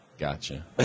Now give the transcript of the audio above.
Gotcha